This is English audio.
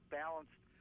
balanced